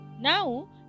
Now